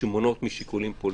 שמונעות משיקולים פוליטיים.